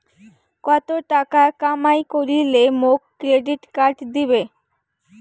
কত টাকা কামাই করিলে মোক ক্রেডিট কার্ড দিবে?